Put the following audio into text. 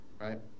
Right